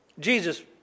Jesus